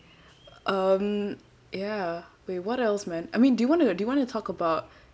um ya wait what else man I mean do you want to do you want to talk about